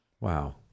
Wow